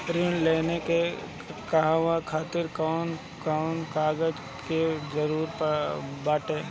ऋण लेने के कहवा खातिर कौन कोन कागज के जररूत बाटे?